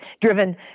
driven